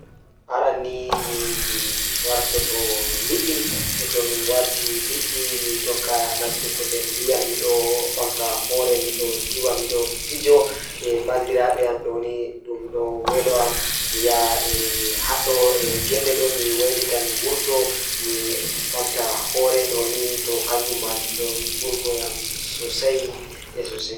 Aran ni tomi wartoto liɗɗi So mi ɗon waɗde ndiyam, mi ɗon welti ɗum mi waɗi ngam mi waɗa laanaari, ɗuum ɗon ndiyam leydi no feewi e heewi. Mi waɗi towɓe ɗum ngam ɗe welta e duuɓi nguurndam ngal e bonnande nguurndam ndiyam.